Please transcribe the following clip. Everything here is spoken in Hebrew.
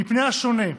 מפני השונה,